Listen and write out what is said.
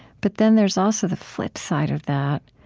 but then there's also the flip side of that,